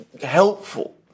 helpful